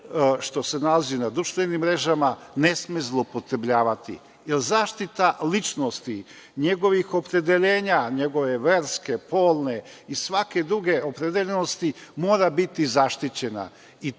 što se nalazi na društvenim mrežama ne sme zloupotrebljavati, jer zaštita ličnosti, njegovih opredeljenja, njegove verske, polne i svake druge opredeljenosti, mora biti zaštićena.